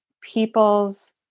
people's